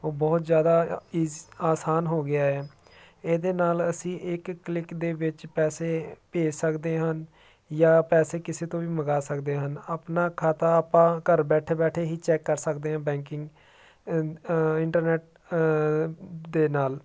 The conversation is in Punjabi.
ਉਹ ਬਹੁਤ ਜ਼ਿਆਦਾ ਇਸ ਆਸਾਨ ਹੋ ਗਿਆ ਇਹਦੇ ਨਾਲ ਅਸੀਂ ਇੱਕ ਕਲਿੱਕ ਦੇ ਵਿੱਚ ਪੈਸੇ ਭੇਜ ਸਕਦੇ ਹਨ ਜਾਂ ਪੈਸੇ ਕਿਸੇ ਤੋਂ ਵੀ ਮੰਗਾ ਸਕਦੇ ਹਨ ਆਪਣਾ ਖਾਤਾ ਆਪਾਂ ਘਰ ਬੈਠੇ ਬੈਠੇ ਹੀ ਚੈੱਕ ਕਰ ਸਕਦੇ ਹਾਂ ਬੈਂਕਿੰਗ ਇੰਟਰਨੈਟ ਦੇ ਨਾਲ